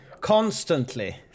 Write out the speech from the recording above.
constantly